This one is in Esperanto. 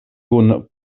kun